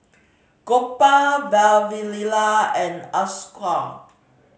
Gopal Vavilala and Ashoka